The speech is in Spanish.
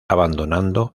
abandonando